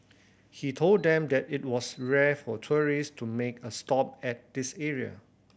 he told them that it was rare for tourist to make a stop at this area